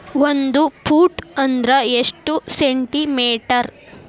ಒಂದು ಫೂಟ್ ಅಂದ್ರ ಎಷ್ಟು ಸೆಂಟಿ ಮೇಟರ್?